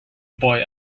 boy